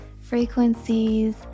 frequencies